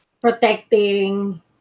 protecting